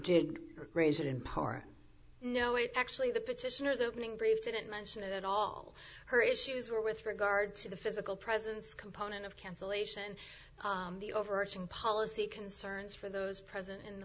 did raise it in part no it actually the petitioners opening brief didn't mention it at all her issues were with regard to the physical presence component of cancellation the overarching policy concerns for those present and the